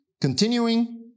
Continuing